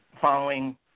following